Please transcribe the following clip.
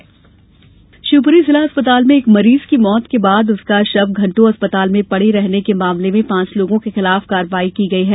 अस्पताल जांच शिवप्री शिवप्री जिला अस्पताल में एक मरीज की मौत के बाद उसका शव घंटों अस्पताल में पड़े रहने के मामले में पांच लोगों के खिलाफ कार्यवाही की गई है